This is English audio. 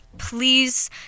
Please